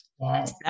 Yes